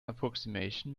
approximation